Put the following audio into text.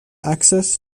access